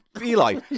Eli